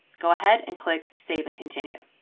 go ahead and click save and continue.